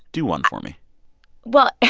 do one for me well,